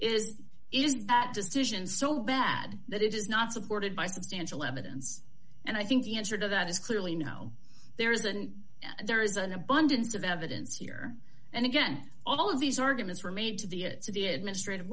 is is that decision so bad that it is not supported by substantial evidence and i think the answer to that is clearly no there isn't there is an abundance of evidence here and again all of these arguments were made to the ets of the administrative